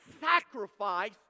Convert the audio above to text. sacrifice